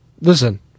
listen